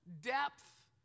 depth